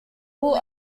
will